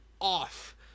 off